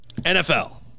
NFL